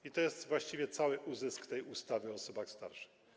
I to jest właściwie cały uzysk tej ustawy o osobach starszych.